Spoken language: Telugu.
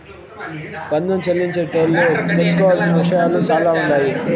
పన్ను చెల్లించేటోళ్లు తెలుసుకోవలసిన విషయాలు సాలా ఉండాయి